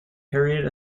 period